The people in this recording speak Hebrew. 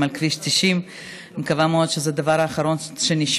על כביש 90. אני מקווה מאוד שזה הדבר האחרון שנשמע,